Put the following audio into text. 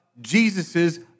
Jesus's